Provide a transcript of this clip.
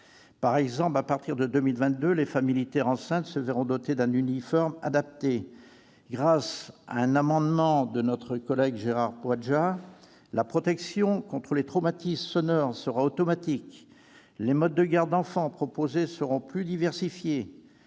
Par exemple, à partir de 2022, les femmes militaires enceintes se verront dotées d'un uniforme adapté. Grâce à un amendement de notre collègue Gérard Poadja, la protection contre les traumatismes sonores sera automatique. Les modes de garde d'enfants proposés seront plus diversifiés.